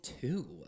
two